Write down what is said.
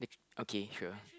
okay sure